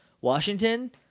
Washington